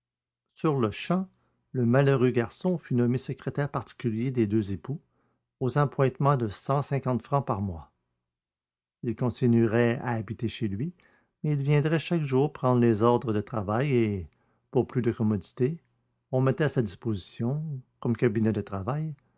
sur-le-champ le malheureux garçon fut nommé secrétaire particulier des deux époux aux appointements de cent cinquante francs par mois il continuerait à habiter chez lui mais il viendrait chaque jour prendre les ordres de travail et pour plus de commodité on mettait à sa disposition comme cabinet de travail